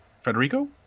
Federico